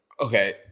okay